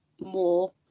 more